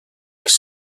els